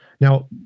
Now